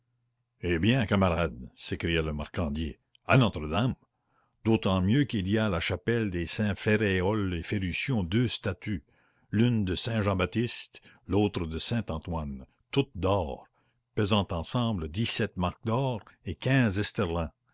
eh bien camarades s'écria le marcandier à notre-dame d'autant mieux qu'il y a à la chapelle des saints féréol et ferrution deux statues l'une de saint jean-baptiste l'autre de saint antoine toutes d'or pesant ensemble dix-sept marcs d'or et quinze